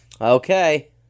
Okay